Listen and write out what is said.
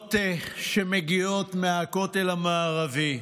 תמונות שמגיעות מהכותל המערבי: